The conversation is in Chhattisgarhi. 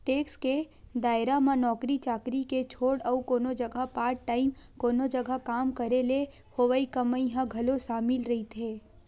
टेक्स के दायरा म नौकरी चाकरी के छोड़ अउ कोनो जघा पार्ट टाइम कोनो जघा काम करे ले होवई कमई ह घलो सामिल रहिथे